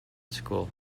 school